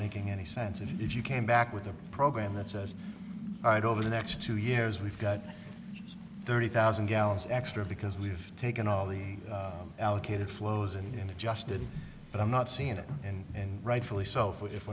making any sense if you came back with a program that says all right over the next two years we've got thirty thousand gallons extra because we've taken all the allocated flows and adjusted but i'm not seeing it and rightfully so if